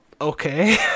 Okay